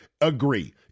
agree